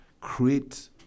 Create